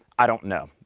i don't know.